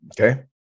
okay